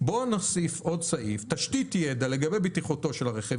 בואו נוסיף עוד סעיף תשתית ידע לגבי בטיחותו של הרכב,